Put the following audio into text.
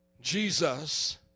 Jesus